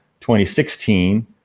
2016